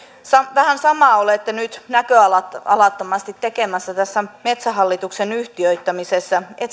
vähän samaa olette nyt näköalattomasti tekemässä tässä metsähallituksen yhtiöittämisessä